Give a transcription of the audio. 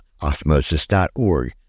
osmosis.org